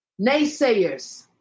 naysayers